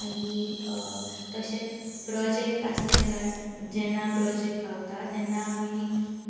मागीर तशेंच प्रोजेक्ट आसले जेन्ना प्रोजेक्ट गावता तेन्ना आमी